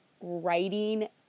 writing